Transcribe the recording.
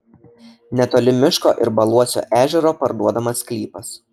netoli miško ir baluosio ežero parduodamas sklypas